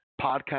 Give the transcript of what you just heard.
podcast